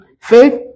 Faith